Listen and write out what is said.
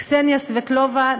קסניה סבטלובה,